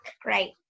great